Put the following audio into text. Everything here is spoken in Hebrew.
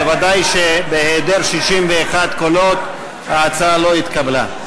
אבל ודאי שבהיעדר 61 קולות ההצעה לא התקבלה.